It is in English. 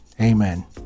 Amen